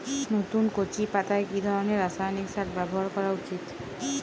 নতুন কচি পাতায় কি ধরণের রাসায়নিক সার ব্যবহার করা উচিৎ?